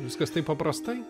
viskas taip paprastai